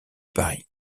paris